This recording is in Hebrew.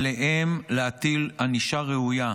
שעליהם להטיל ענישה ראויה,